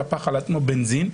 שפך על עצמו בנזין,